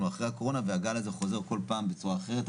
אחרי הקורונה והגל הזה חוזר כל פעם בצורה אחרת,